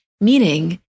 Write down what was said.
meaning